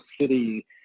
city